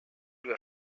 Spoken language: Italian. due